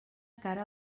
cara